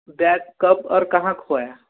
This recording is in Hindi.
बैग कब और कहाँ खोया